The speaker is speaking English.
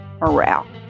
morale